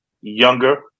younger